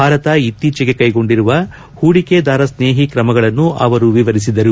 ಭಾರತ ಇತ್ತೀಚೆಗೆ ಕೈಗೊಂಡಿರುವ ಹೂಡಿಕೆದಾರ ಸ್ನೇಹಿ ತ್ರಮಗಳನ್ನು ಅವರು ವಿವರಿಸಿದರು